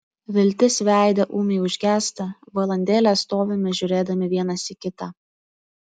viltis veide ūmiai užgęsta valandėlę stovime žiūrėdami vienas į kitą